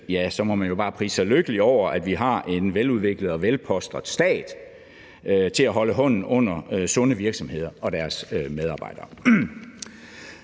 krise må man bare prise sig lykkelig over, at vi har en veludviklet og velpolstret stat til at holde hånden under sunde virksomheder og deres medarbejdere.